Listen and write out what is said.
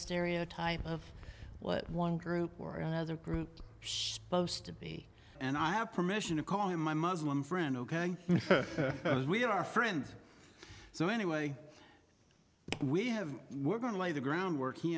stereotype of what one group or another group should post to be and i have permission to call in my muslim friend ok we are friends so anyway we have we're going to lay the groundwork he